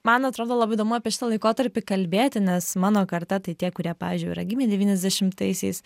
man atrodo labai įdomu apie šitą laikotarpį kalbėti nes mano karta tai tie kurie pavyzdžiui yra gimę devyniasdešimtaisiais